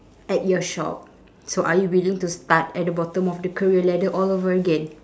at your shop so are you willing to start at the bottom of the career ladder all over again